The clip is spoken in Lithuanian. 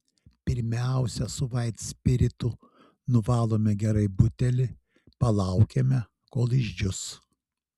pirmiausia su vaitspiritu nuvalome gerai butelį palaukiame kol išdžius